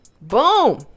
Boom